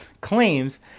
claims